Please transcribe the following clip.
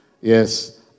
Yes